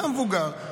אדם מבוגר,